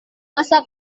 masa